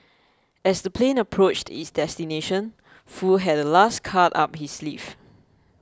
as the plane approached its destination Foo had a last card up his sleeve